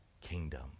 kingdom